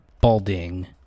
Balding